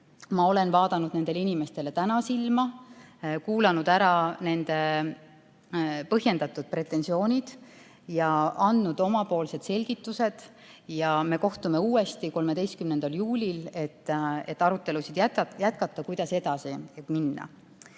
ma olen vaadanud nendele inimestele hiljem silma, kuulanud ära nende põhjendatud pretensioonid ja andnud omapoolsed selgitused. Ja me kohtume uuesti 13. juulil, et jätkata arutelu, kuidas edasi minna.